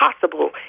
possible